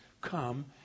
come